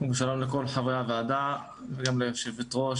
שלום לכל חברי הוועדה, גם ליושבת-ראש.